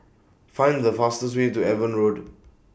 Find The fastest Way to Avon Road